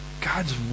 God's